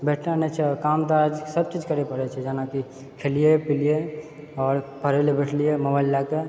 बैठना नहि छै आओर काम तऽ आज सब चीज करे पड़ै छै जेना कि खेलियै पिलियै आओर पढै लऽ बैठलियै मोबाइल लए कऽ